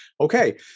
Okay